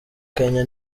kenya